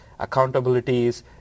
accountabilities